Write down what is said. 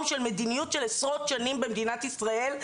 של מדיניות של עשרות שנים במדינת ישראל,